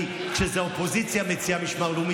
כי כשהאופוזיציה מציעה משמר לאומי,